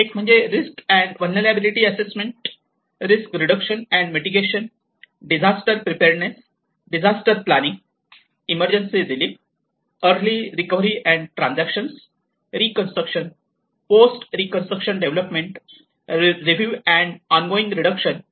एक म्हणजे risk and vulnerability assessment risk reduction and mitigation disaster preparedness predisaster planning emergency relief early recovery and transaction reconstruction post reconstruction development review and ongoing reduction